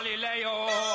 Galileo